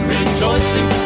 rejoicing